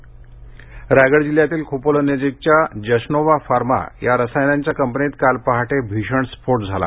company स्फोट रायगड जिल्ह्यातील खोपोली नजीकच्या जशनोव्हा फार्मा या रसायनांच्या कंपनीत काल पहाटे भीषण स्फोट झाला